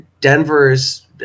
Denver's